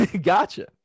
Gotcha